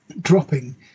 dropping